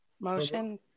Motion